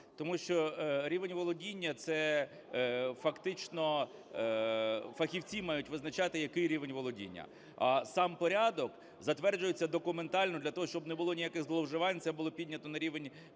Тому що рівень володіння – це фактично фахівці мають визначати, який рівень володіння. А сам порядок затверджується документально для того, щоб не було ніяких зловживань. Це було піднято на рівень